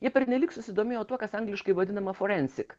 jie pernelyg susidomėjo tuo kas angliškai vadinama forensik